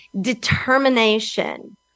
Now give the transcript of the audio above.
determination